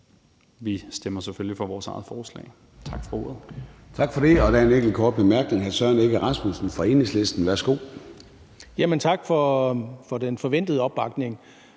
Vi stemmer selvfølgelig for vores eget forslag.